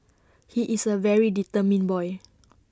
he is A very determined boy